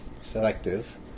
selective